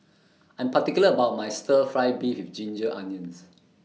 I'm particular about My Stir Fry Beef with Ginger Onions